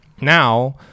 now